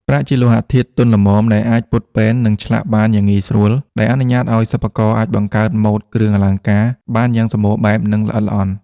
ប្រាក់ជាលោហៈធាតុទន់ល្មមដែលអាចពត់បែន និងឆ្លាក់បានយ៉ាងងាយស្រួល ដែលអនុញ្ញាតឲ្យសិប្បករអាចបង្កើតម៉ូដគ្រឿងអលង្ការបានយ៉ាងសម្បូរបែប និងល្អិតល្អន់។